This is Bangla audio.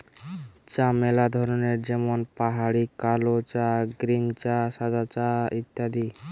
চা ম্যালা ধরনের যেমন পাহাড়ি কালো চা, গ্রীন চা, সাদা চা ইত্যাদি